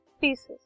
pieces